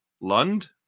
Lund